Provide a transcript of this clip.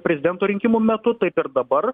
prezidento rinkimų metu taip ir dabar